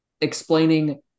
explaining